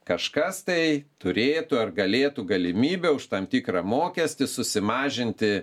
kažkas tai turėtų ar galėtų galimybę už tam tikrą mokestį susimažinti